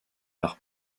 par